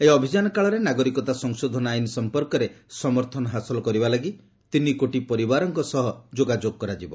ଏହି ଅଭିଯାନକାଳରେ ନାଗରିକତା ସଂଶୋଧନ ଆଇନ୍ ସମ୍ପର୍କରେ ସମର୍ଥନ ହାସଲ କରିବା ଲାଗି ତିନି କୋଟି ପରିବାରଙ୍କ ସହ ଯୋଗାଯୋଗ କରାଯିବ